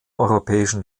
europäischen